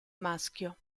maschio